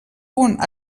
punt